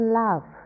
love